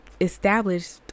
established